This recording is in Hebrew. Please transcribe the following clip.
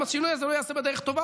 ואם השינוי הזה לא ייעשה בדרך טובה,